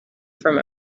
from